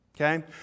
Okay